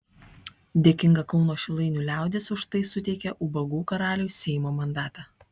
dėkinga kauno šilainių liaudis už tai suteikė ubagų karaliui seimo mandatą